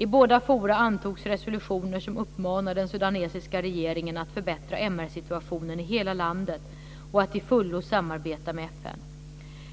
I båda forum antogs resolutioner som uppmanar den sudanesiska regeringen att förbättra MR-situationen i hela landet och att till fullo samarbeta med FN.